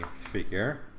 figure